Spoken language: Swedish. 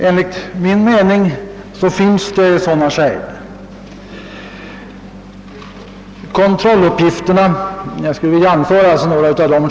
Enligt min uppfattning finns det sådana skäl, och jag skulle vilja anföra några av dem.